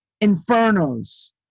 Infernos